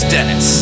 Dennis